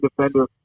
defender